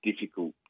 difficult